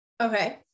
Okay